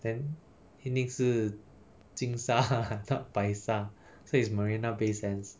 then 一定是金沙 not 白沙 so it's marina bay sands